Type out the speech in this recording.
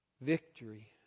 victory